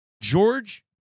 George